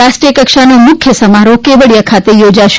રાષ્ટ્રીય કક્ષાનો મુખ્ય સમારોફ કેવડીયા ખાતે યોજાશે